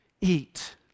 eat